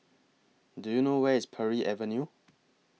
Do YOU know Where IS Parry Avenue